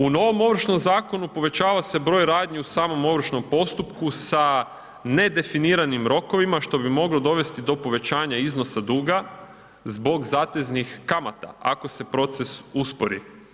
U novom Ovršnom zakonu povećava se broj radnji u samom ovršnom postupku sa nedefiniranim rokovima što bi moglo dovesti do povećanja iznosa duga zbog zateznih kamata ako se proces uspori.